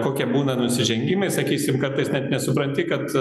kokie būna nusižengimai sakysim kartais net nesupranti kad